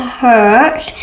hurt